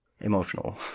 emotional